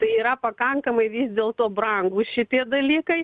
tai yra pakankamai vis dėlto brangūs šitie dalykai